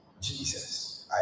Jesus